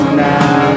now